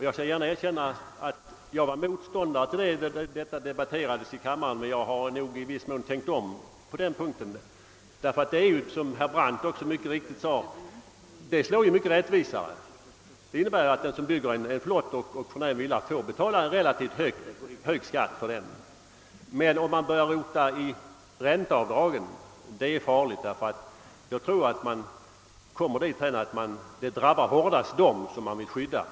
Jag skall gärna erkänna att jag var motståndare därtill den gången frågan debatterades i kammaren men att jag nog nu i viss mån har tänkt om på den punkten. Som herr Brandt mycket riktigt sade slår den regeln mera rättvist. Den innebär att den som bygger en flott och förnäm villa får betala en relativt hög skatt på denna. Däremot är det farligt att börja rota i ränteavdragen, ty en ändring enligt motionärernas intentioner skulle nog hårdast drabba dem som man vill skydda.